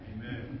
Amen